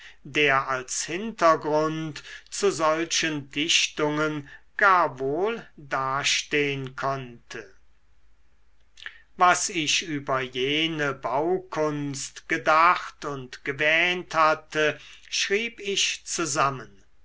der als hintergrund zu solchen dichtungen gar wohl dastehn konnte was ich über jene baukunst gedacht und gewähnt hatte schrieb ich zusammen